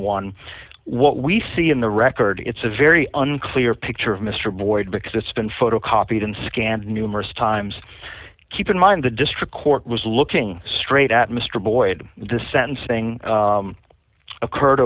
one what we see in the record it's a very unclear picture of mr boyd because it's been photocopied and scanned numerous times keep in mind the district court was looking straight at mr boyd the sentencing occurred